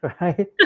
right